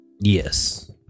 Yes